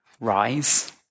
rise